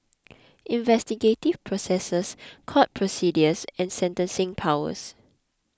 investigative processes court procedures and sentencing powers